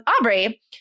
Aubrey